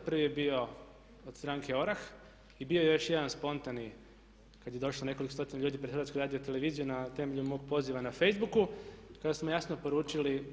Prvi je bio od stranke ORAH i bio je još jedan spontani kad je došlo nekoliko stotina ljudi pred HRT na temelju mog poziva na facebooku kada smo jasno poručili